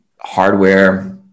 hardware